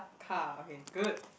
car okay good